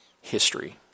history